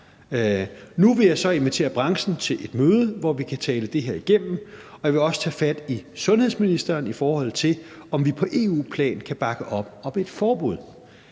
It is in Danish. Nu vil jeg så invitere branchen til et møde, hvor vi kan tale det her igennem, og jeg vil også tage fat i sundhedsministeren, i forhold til om vi på EU-plan kan bakke op om et forbud.